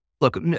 look